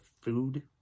food